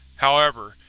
however,